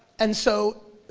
and so